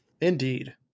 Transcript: Indeed